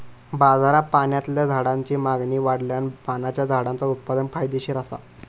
बाजारात पाण्यातल्या झाडांची मागणी वाढल्यान पाण्याच्या झाडांचा उत्पादन फायदेशीर असा